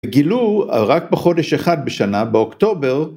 גילו רק בחודש אחד בשנה באוקטובר